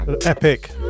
epic